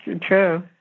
true